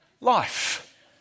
Life